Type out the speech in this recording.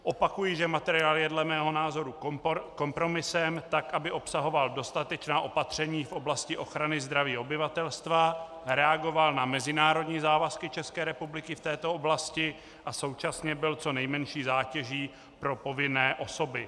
Opakuji, že materiál je dle mého názoru kompromisem, tak aby obsahoval dostatečná opatření v oblasti ochrany zdraví obyvatelstva, reagoval na mezinárodní závazky České republiky v této oblasti a současně byl co nejmenší zátěží pro povinné osoby.